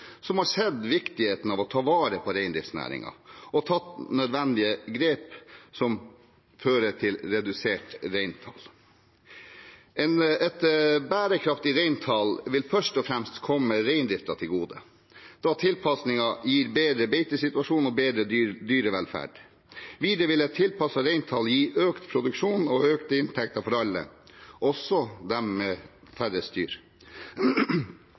som har sett viktigheten av å ta vare på reindriftsnæringen og tatt nødvendige grep som fører til redusert reintall. Et bærekraftig reintall vil først og fremst komme reindriften til gode, da tilpasningen gir bedret beitesituasjon og bedre dyrevelferd. Videre vil et tilpasset reintall gi økt produksjon og økte inntekter for alle, også dem med